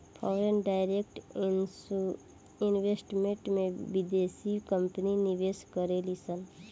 foreign direct investment में बिदेसी company निवेश करेलिसन